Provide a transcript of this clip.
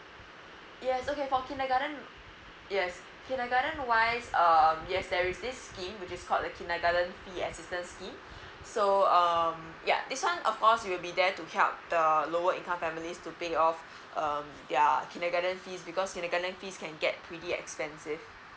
yeah it's okay for kindergarten yes kindergarten wise um yes there is this scheme which is called the kindergarten fee assistance scheme so um yeah this one of course we will be there to help the lower income families to pay off um their kindergarten fees because kindergarten fees can get pretty expensive